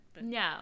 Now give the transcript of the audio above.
No